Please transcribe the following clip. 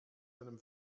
deinem